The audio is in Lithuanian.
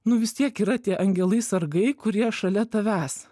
nu vis tiek yra tie angelai sargai kurie šalia tavęs